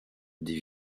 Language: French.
des